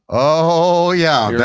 oh yeah yeah,